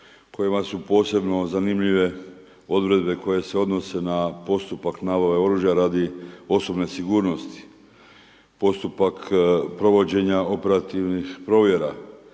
kojima su posebno zanimljive odredbe koje se odnose na postupak nabave oružja radi osobne sigurnosti. Postupak provođenja operativnih provjera,